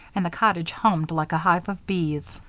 and the cottage hummed like a hive of bees.